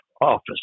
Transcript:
office